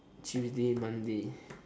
tuesday monday